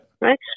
Right